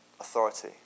authority